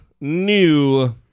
new